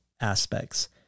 aspects